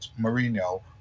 Mourinho